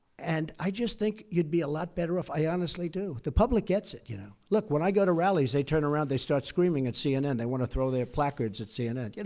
and i just think you'd be a lot better off i honestly do. the public gets it, you know. look, when i go to rallies, they turn around, they start screaming at cnn. they want to throw their placards at cnn.